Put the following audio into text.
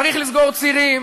צריך לסגור צירים,